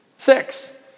Six